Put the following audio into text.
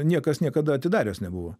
niekas niekada atidaręs nebuvo